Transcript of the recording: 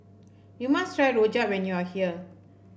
you must try rojak when you are here